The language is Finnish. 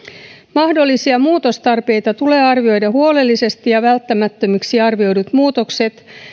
mahdollisia muutostarpeita tulee arvioida huolellisesti ja välttämättömiksi arvioidut muutokset